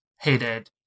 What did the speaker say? hated